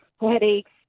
headaches